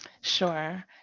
Sure